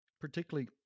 particularly